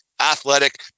athletic